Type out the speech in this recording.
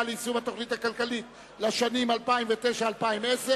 ליישום התוכנית הכלכלית לשנים 2009 ו-2010),